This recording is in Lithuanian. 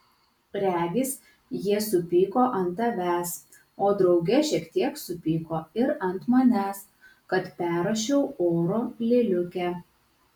regis jie supyko ant tavęs o drauge šiek tiek supyko ir ant manęs kad perrašiau oro lėliukę